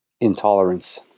intolerance